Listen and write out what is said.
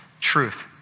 truth